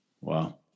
Wow